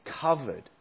covered